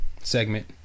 Segment